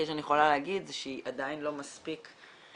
שאני יכולה להגיד זה שהיא עדיין לא מספיק מאובחנת,